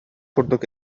курдук